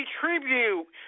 tribute